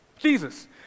Jesus